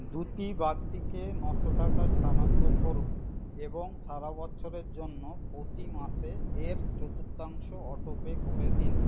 দ্যুতি বাগদিকে নশো টাকা স্থানান্তর করুন এবং সারা বছরের জন্য প্রতি মাসে এর চতুর্থাংশ অটো পে করে দিন